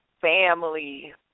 family